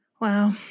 Wow